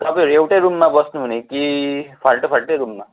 तपाईँहरू एउटै रुममा बस्नु हुने कि फाल्टो फाल्टै रुममा